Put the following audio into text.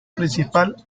principal